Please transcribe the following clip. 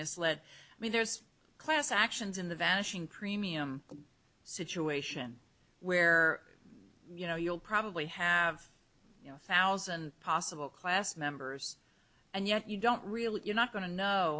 misled me there's class actions in the vanishing premium situation where you know you'll probably have a thousand possible class members and yet you don't really you're not going to know